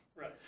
Right